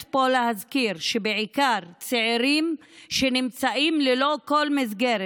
להזכיר פה בעיקר צעירים שנמצאים ללא כל מסגרת.